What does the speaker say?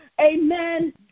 amen